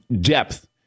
depth